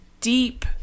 deep